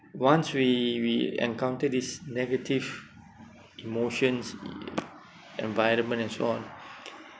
once we we encounter this negative emotions environment and so on